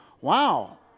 wow